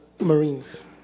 Marines